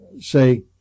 say